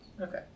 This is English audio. Okay